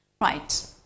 right